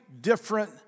different